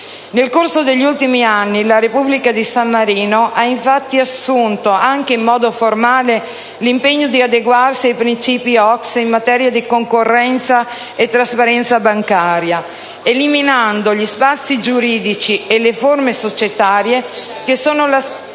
Nel corso degli ultimi anni la Repubblica di San Marino ha infatti assunto, anche in modo formale, l'impegno di adeguarsi ai princìpi OCSE in materia di concorrenza e trasparenza bancaria, eliminando gli spazi giuridici e le forme societarie che sono state